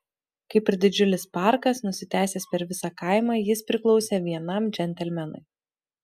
kaip ir didžiulis parkas nusitęsęs per visą kaimą jis priklausė vienam džentelmenui